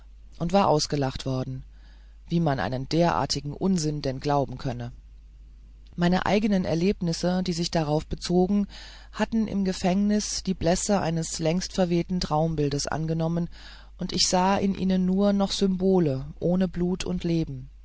und war ausgelacht worden wie man einen derartigen unsinn denn glauben könne meine eigenen erlebnisse die sich darauf bezogen hatten im gefängnis die blässe eines längst verwehten traumbildes angenommen und ich sah in ihnen nur noch symbole ohne blut und leben